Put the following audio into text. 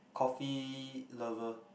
coffee lover